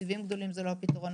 תקציבים גדולים זה לא הפתרון.